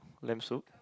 lamb soup